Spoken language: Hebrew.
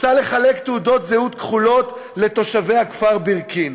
רוצה לחלק תעודות זהות כחולות לתושבי הכפר בירקין.